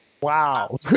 Wow